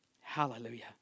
Hallelujah